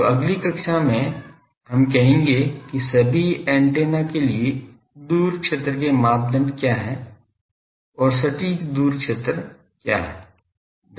तो अगली कक्षा में हम कहेंगे कि सभी एंटीना के लिए दूर क्षेत्र के मानदंड क्या हैं और सटीक दूर क्षेत्र क्या हैं